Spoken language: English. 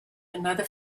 another